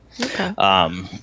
Okay